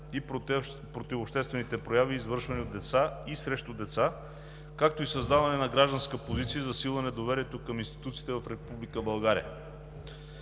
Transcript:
и противообществените прояви, извършвани от деца и срещу деца, както и създаване на гражданска позиция и засилване на доверието към институциите в